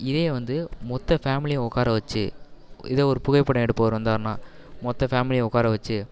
இதே வந்து மொத்த ஃபேமிலியும் உட்கார வச்சு இதே ஒரு புகைப்படம் எடுப்பவர் வந்தாருன்னால் மொத்த ஃபேமிலியும் உட்கார வச்சு